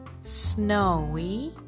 Snowy